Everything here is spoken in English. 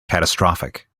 catastrophic